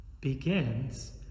begins